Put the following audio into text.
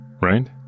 Right